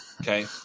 Okay